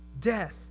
Death